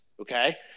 Okay